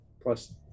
plus